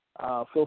feel